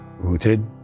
rooted